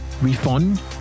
refund